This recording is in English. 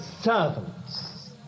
servants